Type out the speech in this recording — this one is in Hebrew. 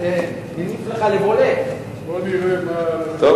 בוא נראה מה אדוני השר,